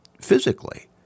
physically